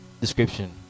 description